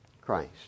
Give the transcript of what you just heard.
Christ